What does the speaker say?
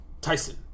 Tyson